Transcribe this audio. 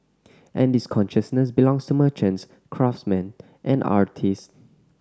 and this consciousness belongs to merchants craftsman and artist